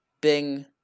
bing